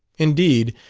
indeed,